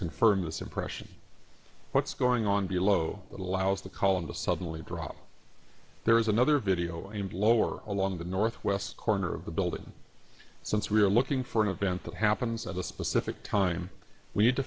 confirm this impression what's going on below that allows the column to suddenly drop there is another video and lower along the northwest corner of the building since we're looking for an event that happens at a specific time we need to